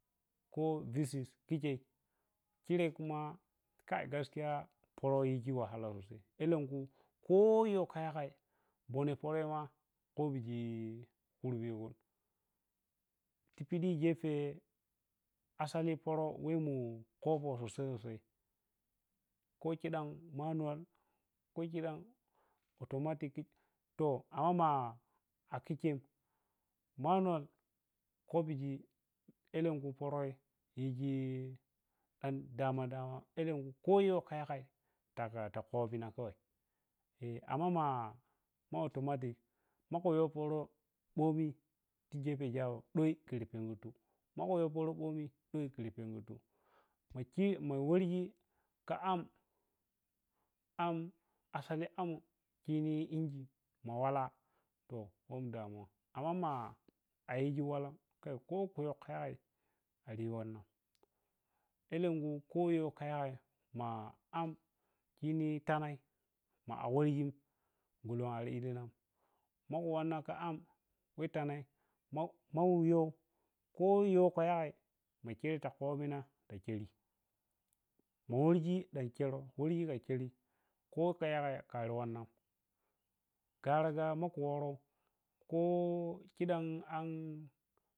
Ko dis is ki cchei ke kuma kai gaskiya poro yiji wahala sosai elen kui koyow ka yagai bone poraima kobiji khurbego tipidi gefe asali poro we mun kopou ko chidam maunal ko chidam authomatre to kin khw ma a kicchen manual kobiji elenkin paron yiji ɗan dama dama elekui koyowka yagai ta kobina kawai eh amma ma authomatic maku yow poro bomi gete chego doi kir pengurlu, maku yow poro bomi doi kur pergurtu machei ma worti ka am asali am shini inji ma wala to wom da mawan amma ma walam kai kuwo ka yagai ar yi waninn elenkui koyaka yagai ma am sini tanai ma’a worjin golon ar illinan maku wanna ka ma wh tanai maku yow to yow kayagai machere ta kobina ta cheri ma worji ɗan cherou worji dan cheri koka yagai kari wanna gara-gara maku worou ko chidam an.